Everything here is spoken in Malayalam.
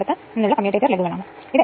അതിനാൽ അതിൽ നിന്ന് നമുക്ക് I1 43